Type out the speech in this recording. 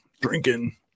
drinking